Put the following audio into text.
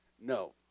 No